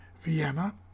Vienna